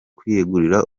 kwiyegurira